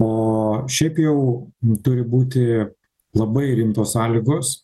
o šiaip jau turi būti labai rimtos sąlygos